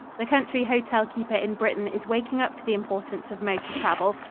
the country hotel-keeper in britain is waking up to the importance of motor travel.